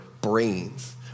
brains